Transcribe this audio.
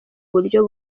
buryo